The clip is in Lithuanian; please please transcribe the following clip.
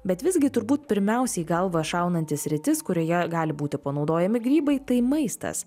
bet visgi turbūt pirmiausia į galvą šaunanti sritis kurioje gali būti panaudojami grybai tai maistas